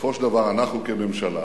בסופו של דבר אנחנו כממשלה